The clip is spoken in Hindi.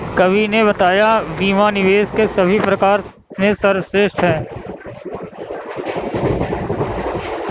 कवि ने बताया बीमा निवेश के सभी प्रकार में सर्वश्रेष्ठ है